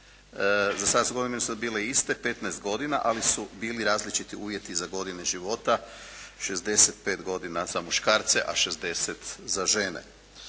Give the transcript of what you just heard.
sada su godine bile iste petnaest godina ali su bili različiti uvjeti za godine života 65 godina za muškarce a 60 za žene.